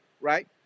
right